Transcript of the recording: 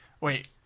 Wait